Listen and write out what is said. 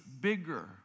bigger